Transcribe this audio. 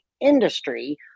industry